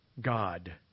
God